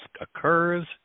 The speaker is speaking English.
occurs